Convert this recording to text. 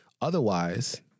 Otherwise